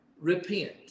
repent